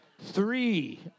three